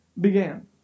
began